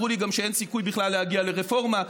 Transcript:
גם אמרו לי שאין סיכוי בכלל להגיע לרפורמה,